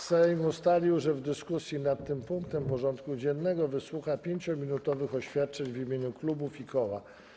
Sejm ustalił, że w dyskusji nad tym punktem porządku dziennego wysłucha 5-minutowych oświadczeń w imieniu klubów i koła.